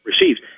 receives